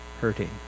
hurting